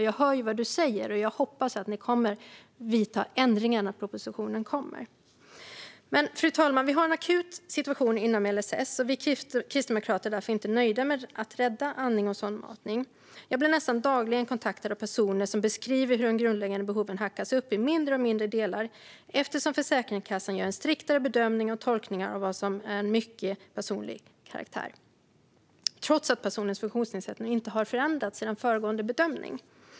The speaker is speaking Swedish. Jag hör ju vad du säger och hoppas att ni kommer att vidta ändringar i propositionen. Fru talman! Vi har en akut situation inom LSS. Vi kristdemokrater är därför inte nöjda med att rädda andning och sondmatning. Jag blir nästan dagligen kontaktad av personer som beskriver hur de grundläggande behoven hackas upp i mindre och mindre delar, eftersom Försäkringskassan gör en striktare bedömning och tolkning av vad som är av mycket personlig karaktär, trots att personens funktionsnedsättning inte har förändrats sedan föregående bedömning.